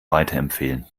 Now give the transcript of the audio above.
weiterempfehlen